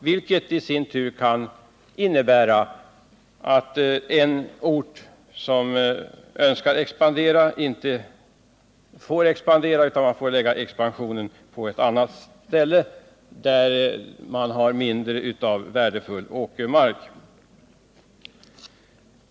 Detta kan i sin tur innebära att en ort som önskar expandera inom ett visst område med värdefull åkermark inte får göra det utan får förlägga expansionen till ett annat område.